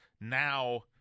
now